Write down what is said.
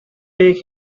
take